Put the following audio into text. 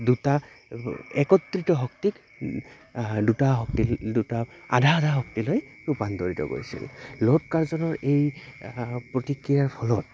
দুটা একত্ৰিত শক্তিক দুটা শক্তি দুটা আধা আধা শক্তিলৈ ৰূপান্তৰিত কৰিছিল এই প্ৰতিক্ৰিয়াৰ ফলত